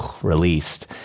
released